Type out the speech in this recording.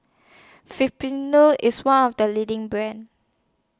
IS one of The leading brands